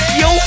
yo